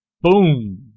Boom